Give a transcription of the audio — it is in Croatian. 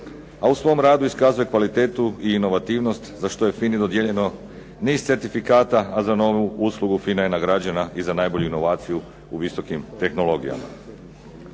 a u svom radu iskazuje kvalitetu i inovativnost za što je FINA-i dodijeljeno ne iz certifikata a za novu uslugu FINA je nagrađena i za najbolju inovaciju u visokim tehnologijama.